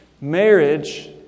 Marriage